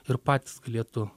ir patys galėtų